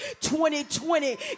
2020